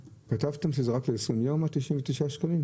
כתבתם שזה רק ל-20 יום ה-99 שקלים?